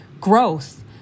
growth